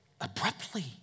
abruptly